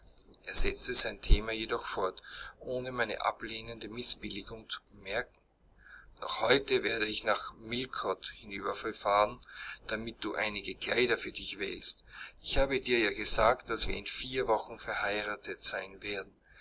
er setzte sein thema jedoch fort ohne meine ablehnende mißbilligung zu bemerken noch heute werde ich dich nach millcote hinüberfahren damit du einige kleider für dich wählst ich habe dir ja gesagt daß wir in vier wochen verheiratet sein werden